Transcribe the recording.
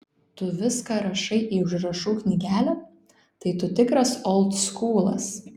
tu viską rašai į užrašų knygelę tai tu tikras oldskūlas